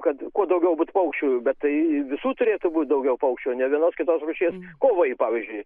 kad kuo daugiau būt paukščiu bet tai visų turėtų būti daugiau paukščių nė vienos kitos rūšies kovai pavyzdžiui